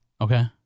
Okay